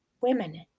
women